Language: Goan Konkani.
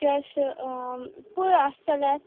केश पळय आसा जाल्यार